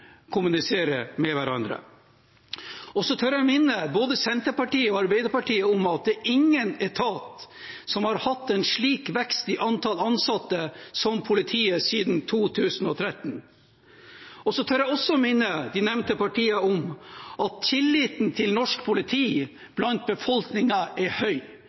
kommunisere med hverandre. Jeg tør minne både Senterpartiet og Arbeiderpartiet om at ingen etat har hatt en slik vekst i antall ansatte som politiet siden 2013. Jeg tør også minne de nevnte partiene om at tilliten til norsk politi blant befolkningen er høy.